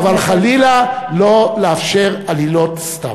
אבל חלילה לא לאפשר עלילות סתם.